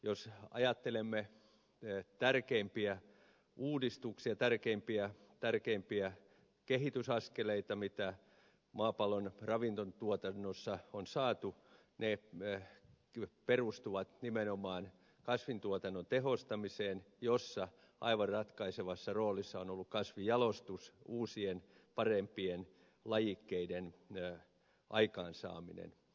jos ajattelemme tärkeimpiä uudistuksia tärkeimpiä kehitysaskeleita mitä maapallon ravinnontuotannossa on saatu ne perustuvat nimenomaan kasvintuotannon tehostamiseen jossa aivan ratkaisevassa roolissa on ollut kasvinjalostus uusien parempien lajikkeiden aikaansaaminen